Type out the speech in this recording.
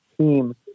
team